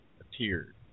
appeared